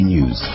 News